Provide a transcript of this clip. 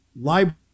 library